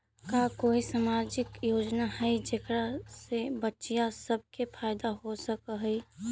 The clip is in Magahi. का कोई सामाजिक योजना हई जेकरा से बच्चियाँ सब के फायदा हो सक हई?